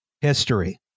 history